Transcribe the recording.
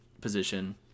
position